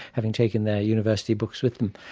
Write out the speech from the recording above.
having taken their university books with them,